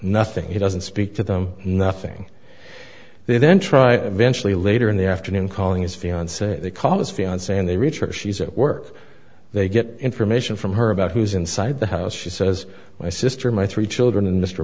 nothing he doesn't speak to them nothing they then try ventura later in the afternoon calling his fiance they call his fiance and they reach her she's at work they get information from her about who's inside the house she says my sister my three children and